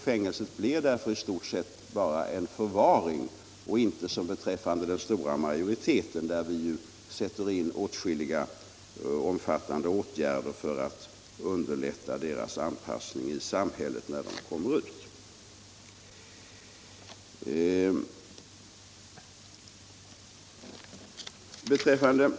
Fängelset blir i detta fall i stort sett bara en förvaring, och vi kan inte som för den stora majoriteten sätta in åtskilliga omfattande åtgärder för att underlätta anpassningen i samhället när fångarna kommer ut.